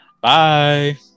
Bye